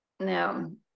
no